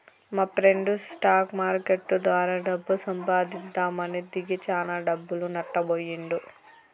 మాప్రెండు stock market ద్వారా డబ్బు సంపాదిద్దామని దిగి చానా డబ్బులు నట్టబొయ్యిండు